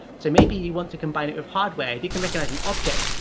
so maybe you want to combine it with hardware. if you can recognize an object,